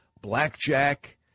Blackjack